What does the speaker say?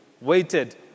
waited